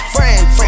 Friends